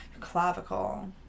Clavicle